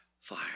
Fire